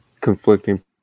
conflicting